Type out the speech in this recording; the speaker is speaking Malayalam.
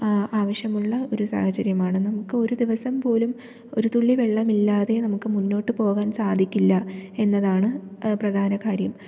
ആവശ്യമുള്ള ഒരു സാഹചര്യമാണ് നമുക്ക് ഒരു ദിവസം പോലും ഒരു തുള്ളി വെള്ളമില്ലാതെ നമുക്ക് മുന്നോട്ട് പോകാൻ സാധിക്കില്ല എന്നതാണ് പ്രധാന കാര്യം